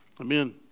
Amen